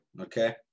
okay